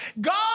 God